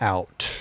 Out